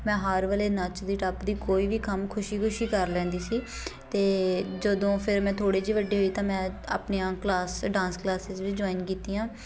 ਮੈਂ ਹਰ ਵੇਲੇ ਨੱਚਦੀ ਟੱਪਦੀ ਕੋਈ ਵੀ ਕੰਮ ਖੁਸ਼ੀ ਖੁਸ਼ੀ ਕਰ ਲੈਂਦੀ ਸੀ ਅਤੇ ਜਦੋਂ ਫਿਰ ਮੈਂ ਥੋੜ੍ਹੀ ਜਿਹੀ ਵੱਡੀ ਹੋਈ ਤਾਂ ਮੈਂ ਆਪਣੀਆਂ ਕਲਾਸ ਡਾਂਸ ਕਲਾਸਿਸ ਵੀ ਜੁਆਇਨ ਕੀਤੀਆਂ